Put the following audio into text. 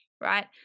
right